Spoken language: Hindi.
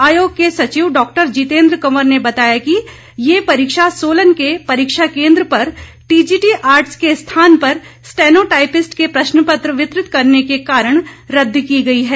आयोग के सचिव डॉ जितेंद्र कंवर ने बताया कि ये परीक्षा सोलन परीक्षा केन्द्र पर टीजीटी आर्ट्स के स्थान पर स्टेनो टाइपिस्ट के प्रश्न पत्र वितरित करने के कारण रद्द की गई है